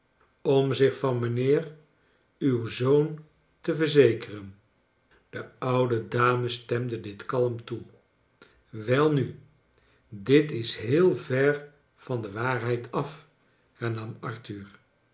om zich van mijnheer uw zoon te verzekeren de oude dame stemde dit kalm toe welnu dit is heel ver van de waarheid af hernam arthur